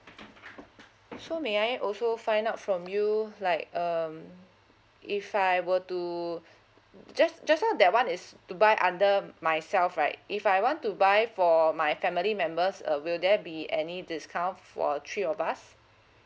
so may I also find out from you like um if I were to just just now that one is to buy under myself right if I want to buy for my family members uh will there be any discount for three of us